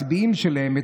אתה לא מפספס היום, אה?